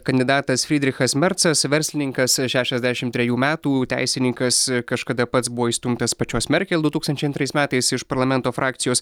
kandidatas frydrichas mercas verslininkas šešiasdešimt trejų metų teisininkas kažkada pats buvo išstumtas pačios merkel du tūkstančiai antrais metais iš parlamento frakcijos